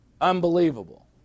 Unbelievable